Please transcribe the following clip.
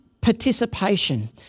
participation